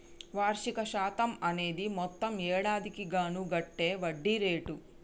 వార్షిక శాతం అనేది మొత్తం ఏడాదికి గాను కట్టే వడ్డీ రేటు